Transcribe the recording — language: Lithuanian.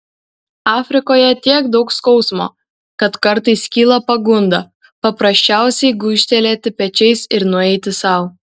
afrikoje tiek daug skausmo kad kartais kyla pagunda paprasčiausiai gūžtelėti pečiais ir nueiti sau